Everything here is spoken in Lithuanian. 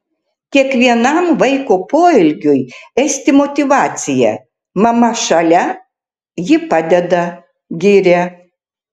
kiekvienam vaiko poelgiui esti motyvacija mama šalia ji padeda giria